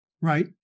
right